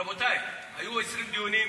רבותיי, היו אצלי דיונים.